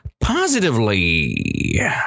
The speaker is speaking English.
positively